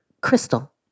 Crystal